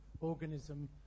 organism